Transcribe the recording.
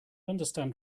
understand